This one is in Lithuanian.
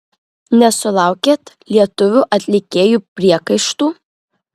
nesulaukėt lietuvių atlikėjų priekaištų